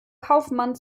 kaufmann